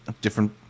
different